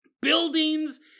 Buildings